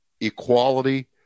equality